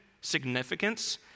significance